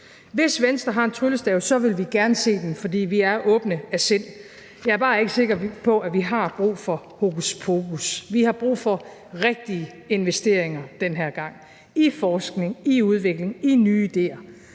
Hvis Venstre har en tryllestav, vil vi gerne se den, for vi er åbne af sind. Jeg er bare ikke sikker på, at vi har brug for hokuspokus. Vi har brug for rigtige investeringer den her gang – i forskning, i udvikling, i nye idéer